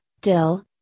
dill